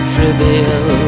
Trivial